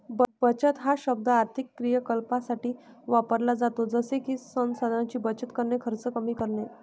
बचत हा शब्द आर्थिक क्रियाकलापांसाठी वापरला जातो जसे की संसाधनांची बचत करणे, खर्च कमी करणे